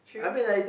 true true